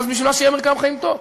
אז בשביל מה שיהיה מרקם חיים טוב?